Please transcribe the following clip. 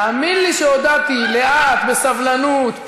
תאמין לי שהודעתי לאט, בסבלנות.